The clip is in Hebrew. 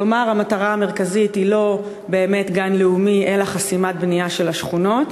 כלומר המטרה המרכזית היא לא באמת גן לאומי אלא חסימת בנייה של השכונות.